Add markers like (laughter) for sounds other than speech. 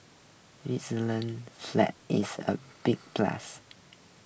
Switzerland's flag is a big plus (noise)